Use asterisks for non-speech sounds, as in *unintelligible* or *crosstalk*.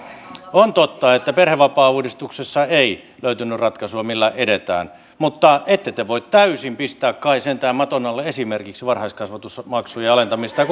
on totta että perhevapaauudistuksessa ei löytynyt ratkaisua millä edetään mutta ette te voi täysin pistää kai sentään maton alle esimerkiksi varhaiskasvatusmaksujen alentamista *unintelligible*